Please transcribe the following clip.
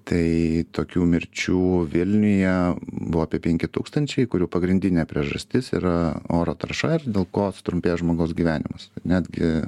tai tokių mirčių vilniuje buvo apie penki tūkstančiai kurių pagrindinė priežastis yra oro tarša ir dėl ko sutrumpėja žmogaus gyvenimas netgi